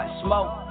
smoke